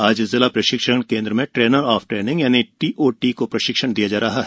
आज जिला प्रशिक्षण कैंद्र में ट्रेनर ऑफ ट्रेनिंग टीओटी को प्रशिक्षण दिया जा रहा है